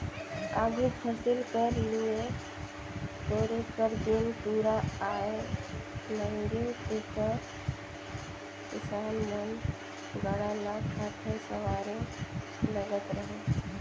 आघु फसिल कर लुए टोरे कर दिन दुरा आए नगे तेकर किसान मन गाड़ा ल ठाठे सवारे लगत रहिन